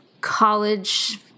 college